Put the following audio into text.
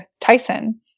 Tyson